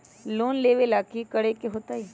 Loan लेवेला की करेके होतई?